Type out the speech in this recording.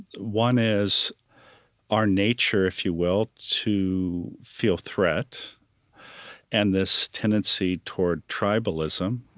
one is our nature, if you will, to feel threat and this tendency toward tribalism.